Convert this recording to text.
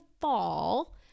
fall